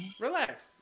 Relax